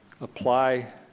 apply